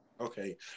Okay